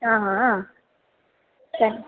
आं हां